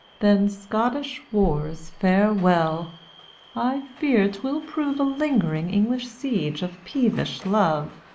then, scottish wars, farewell i fear twill prove a lingering english siege of peevish love.